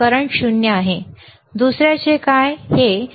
current 0 आहे